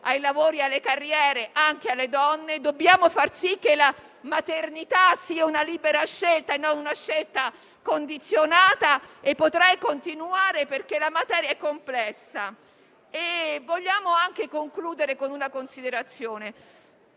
ai lavori e alle carriere anche alle donne; dobbiamo far sì che la maternità sia una libera scelta e non una scelta condizionata e potrei continuare, perché la materia è complessa. Termino davvero con una riflessione: